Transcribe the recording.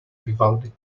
vivaldi